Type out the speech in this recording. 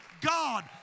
God